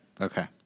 Okay